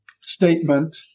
statement